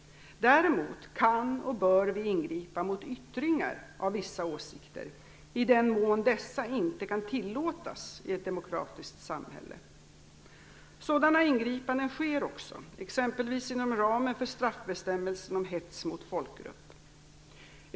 Däremot kan och bör vi ingripa mot yttringar av vissa åsikter, i den mån dessa inte kan tillåtas i ett demokratiskt samhälle. Sådana ingripanden sker också, exempelvis inom ramen för straffbestämmelsen om hets mot folkgrupp.